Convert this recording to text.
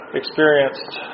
experienced